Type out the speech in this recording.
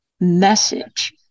message